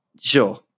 sure